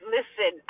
Listen